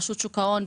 רשות שוק ההון?